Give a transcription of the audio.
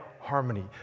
harmony